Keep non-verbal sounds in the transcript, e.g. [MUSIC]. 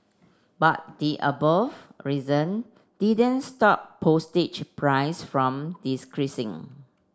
but the above reason didn't stop postage price from [UNINTELLIGIBLE]